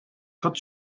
cut